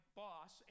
boss